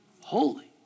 Holy